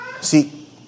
See